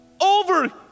Over